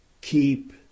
keep